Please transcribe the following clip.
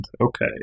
Okay